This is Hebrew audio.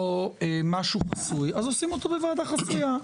משהו חסוי אז עושים אותו בוועדה חסויה.